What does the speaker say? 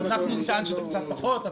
אנחנו נטען שזה קצת פחות,